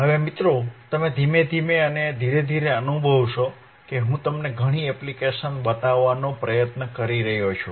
હવે મિત્રો તમે ધીમે ધીમે અને ધીરે ધીરે અનુભવશો કે હું તમને ઘણી એપ્લીકેશન્સ બતાવવાનો પ્રયત્ન કરી રહ્યો છું